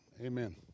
Amen